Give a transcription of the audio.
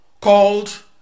called